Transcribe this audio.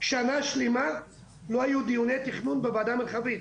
שנה שלמה לא היו דיוני תכנון בוועדה המרחבית.